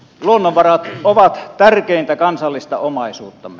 luonnonvarat ovat tärkeintä kansallista omaisuuttamme